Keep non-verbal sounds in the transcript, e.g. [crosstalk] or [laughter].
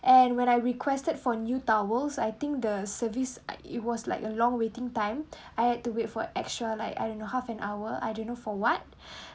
and when I requested for new towels I think the service I it was like a long waiting time [breath] I had to wait for extra like I don't know half an hour I don't know for what [breath]